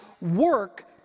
work